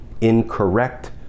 incorrect